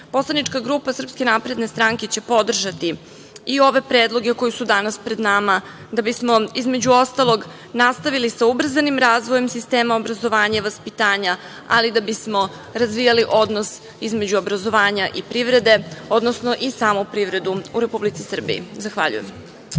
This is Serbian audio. Srbiji. Poslanička grupa SNS će podržati i ove predloge koji su danas pred nama da bismo, između ostalog, nastavili sa ubrzanim razvijem sistema obrazovanja, vaspitanja, ali da bismo razvijali odnos između obrazovanja i privrede, odnosno i samu privredu u Republici Srbiji. Zahvaljujem.